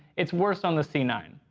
it's worse on the c nine.